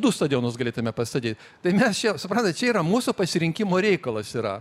du stadionus galėtume pastatyt tai mes čia suprantat čia yra mūsų pasirinkimo reikalas yra